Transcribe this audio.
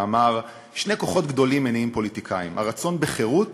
ואמר: שני כוחות גדולים מניעים פוליטיקאים: הרצון בחירות